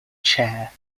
chair